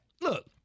Look